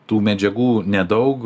tų medžiagų nedaug